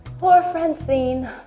poor francine,